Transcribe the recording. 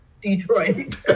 Detroit